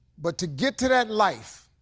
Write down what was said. but to get to that life,